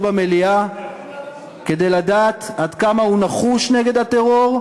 במליאה כדי לדעת עד כמה הוא נחוש נגד הטרור,